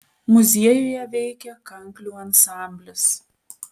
muziejuje veikia kanklių ansamblis